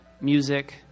music